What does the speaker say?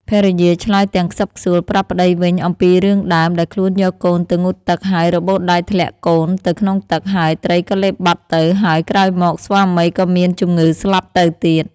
ភរិយាឆ្លើយទាំងខ្សឹកខ្សួលប្រាប់ប្ដីវិញអំពីរឿងដើម ដែលខ្លួនយកកូនទៅងូតទឹកហើយរបូតដៃធ្លាក់កូនទៅក្នុងទឹក ហើយត្រីក៏លេបបាត់ទៅ ហើយក្រោយមក ស្វាមីក៏មានជំងឺស្លាប់ទៅទៀត។